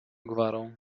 gwarą